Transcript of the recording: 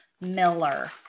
Miller